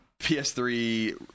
PS3